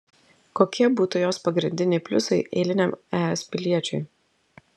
kokie būtų jos pagrindiniai pliusai eiliniam es piliečiui